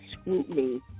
scrutiny